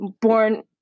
born